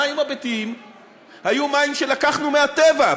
המים הביתיים היו מים שלקחנו מהטבע,